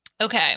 Okay